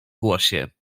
głosie